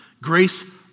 grace